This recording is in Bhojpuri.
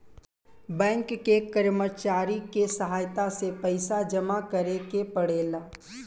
बैंक के कर्मचारी के सहायता से पइसा जामा करेके पड़ेला